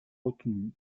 retenues